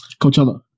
Coachella